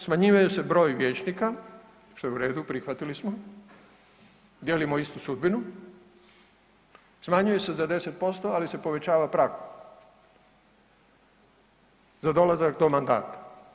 Smanjuje se broj vijećnika, što je u redu, prihvatili smo, dijelimo istu sudbinu, smanjuje se za 10% ali se povećava prag za dolazak do mandata.